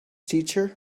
teacher